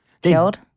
killed